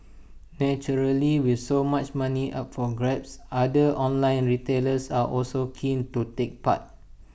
naturally with so much money up for grabs other online retailers are also keen to take part